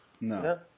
No